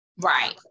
Right